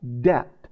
debt